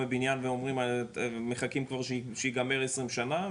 עם בניין ומחכים כבר שיגמר עשרים שנה,